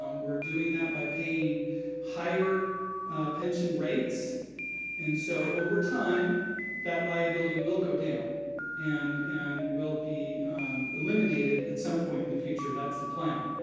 um we're doing that by paying higher pension rates and so over time that liability will go down and and will be eliminated at some point in the future, that's the plan.